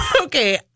Okay